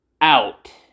out